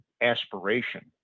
aspiration